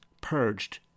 purged